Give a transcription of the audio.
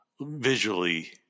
visually